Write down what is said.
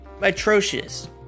atrocious